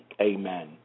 amen